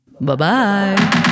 Bye-bye